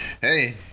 Hey